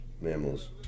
Mammals